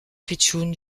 pitchoun